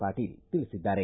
ಪಾಟೀಲ ತಿಳಿಸಿದ್ದಾರೆ